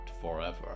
forever